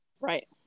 right